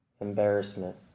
embarrassment